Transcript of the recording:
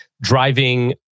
driving